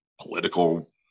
political